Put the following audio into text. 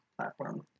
platform